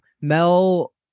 Mel